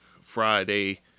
Friday